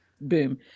boom